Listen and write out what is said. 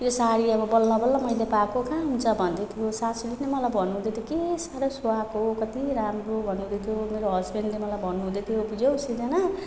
यो साडी अब बल्ल बल्ल मैले पाएको कहाँ हुन्छ भन्दैथियो सासूले नि मलाई भन्नुहुँदैथियो के साह्रो सुहाएको कति राम्रो भनेर चाहिँ मेरो हसबेन्डले मलाई भन्नुहुँदैथियो बुझ्यौ शृजना तिमीलाई त यो